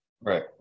Right